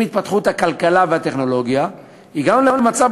עם התפתחות הכלכלה והטכנולוגיה הגענו למצב